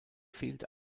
fehlt